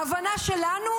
ההבנה שלנו